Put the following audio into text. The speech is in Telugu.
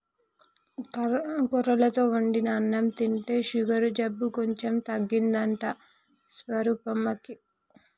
కొర్రలతో వండిన అన్నం తింటే షుగరు జబ్బు కొంచెం తగ్గిందంట స్వరూపమ్మకు